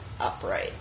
upright